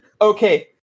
okay